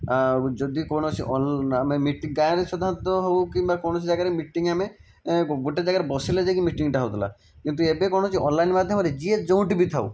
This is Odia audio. ଆଉ ଯଦି କୌଣସି ଆମେ ମିଟିଂ ଗାଁରେ ସାଧାରଣତଃ ହେଉ କି କିମ୍ବା କୌଣସି ଜାଗାରେ ମିଟିଂ ଆମେ ଗୋଟିଏ ଜାଗାରେ ବସିଲେ ଯାଇକି ମିଟିଂଟା ହେଉଥିଲା କିନ୍ତୁ ଏବେ କଣ ହେଉଛି ଅନ୍ଲାଇନ୍ ମାଧ୍ୟମରେ ଯିଏ ଯେଉଁଠି ବି ଥାଉ